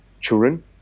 children